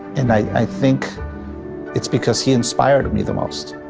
and i think it's because he inspired me the most.